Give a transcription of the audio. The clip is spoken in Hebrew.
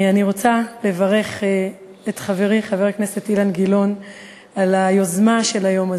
אני רוצה לברך את חברי חבר הכנסת אילן גילאון על היוזמה של היום הזה,